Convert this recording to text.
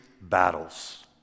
battles